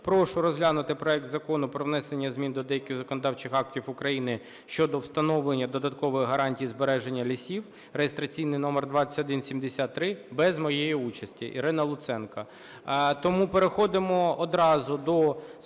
прошу розглянути проект Закону про внесення змін до деяких законодавчих актів України щодо встановлення додаткових гарантій збереження лісів (реєстраційний номер 2173) без моєї участі. Ірина Луценко". Тому переходимо одразу до співдоповіді